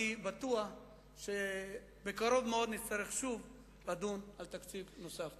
אני בטוח שבקרוב מאוד נצטרך לדון שוב על תקציב נוסף.